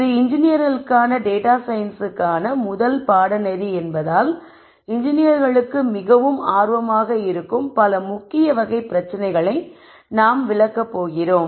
இது இன்ஜினியர்களுக்கான டேட்டா சயின்ஸ்க்கான முதல் பாடநெறி என்பதால் இன்ஜினியர்களுக்கு மிகவும் ஆர்வமாக இருக்கும் பல முக்கிய வகை பிரச்சனைகளை நாங்கள் விளக்க போகிறோம்